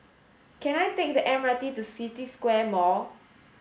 can I take the M R T to City Square Mall